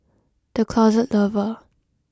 The Closet Lover